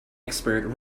expert